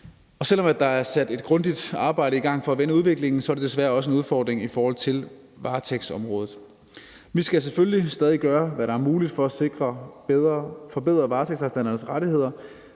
og selv om der er sat et grundigt arbejde i gang for at vende udviklingen, er det desværre også en udfordring i forhold til varetægtsområdet. Vi skal selvfølgelig stadig gøre, hvad der er muligt for at forbedre varetægtsarrestanternes rettigheder.